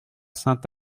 saint